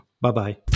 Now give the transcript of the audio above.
Bye-bye